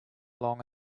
along